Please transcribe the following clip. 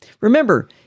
Remember